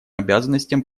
обязанностям